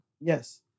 Yes